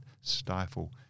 stifle